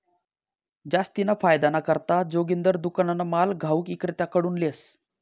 जास्तीना फायदाना करता जोगिंदर दुकानना माल घाऊक इक्रेताकडथून लेस